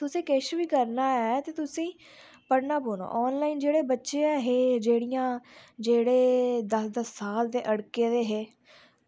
तुसें ई किश बी करना ऐ ते तुसें ई पढ़ना पौना ऑनलाइन जेह्के ऐहे बच्चे जेह्दियां जेह्ड़े दस्स दस्स साल दे बी अड़कै दे हे